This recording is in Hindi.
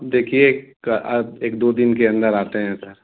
देखिए का एक दो दिन के अंदर आते हैं सर